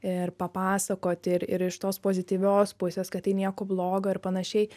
ir papasakoti ir ir iš tos pozityvios pusės kad tai nieko blogo ir panašiai